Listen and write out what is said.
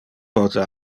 pote